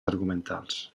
argumentals